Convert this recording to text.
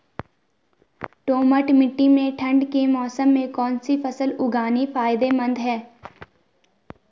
दोमट्ट मिट्टी में ठंड के मौसम में कौन सी फसल उगानी फायदेमंद है?